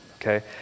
okay